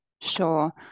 Sure